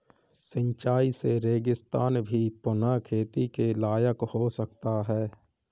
सिंचाई से रेगिस्तान भी पुनः खेती के लायक हो सकता है